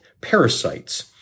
parasites